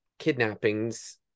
kidnappings